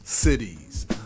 Cities